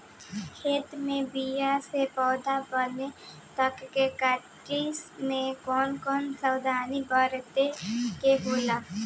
खेत मे बीया से पौधा बने तक के टाइम मे कौन कौन सावधानी बरते के होला?